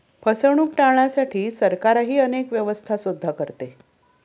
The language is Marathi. फसवणूक टाळण्यासाठी सरकारही अनेक व्यवस्था सुद्धा करते